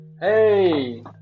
hey